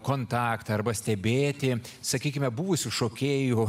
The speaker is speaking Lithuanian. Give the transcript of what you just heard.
kontaktą arba stebėti sakykime buvusių šokėjų